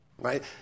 Right